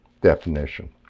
definition